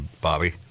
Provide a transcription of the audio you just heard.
Bobby